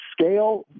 scale